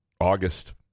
August